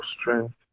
strength